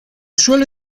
suelo